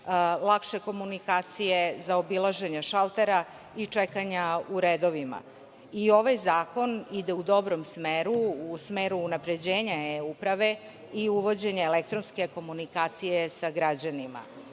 lakše komunikacije za obilaženje šaltera i čekanja u redovima. I ovaj zakon ide u dobrom smeru, u smeru unapređenja e-uprave i uvođenja elektronske komunikacije za građanima.